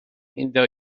indo